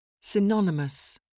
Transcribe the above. Synonymous